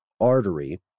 artery